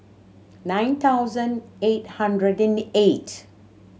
nine thousand eight hundred and eight